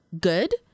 good